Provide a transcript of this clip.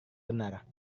benar